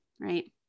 right